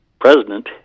president